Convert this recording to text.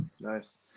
nice